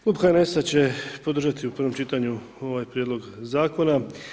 Klub HNS-a će podržati u prvom čitanju ovaj prijedlog zakona.